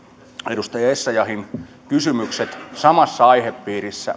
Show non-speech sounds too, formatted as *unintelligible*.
edustaja essayahin kysymykset samasta aihepiiristä *unintelligible*